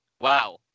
Wow